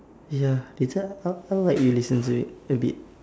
!aiya! later how how about you listen to it a bit